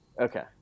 Okay